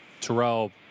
Terrell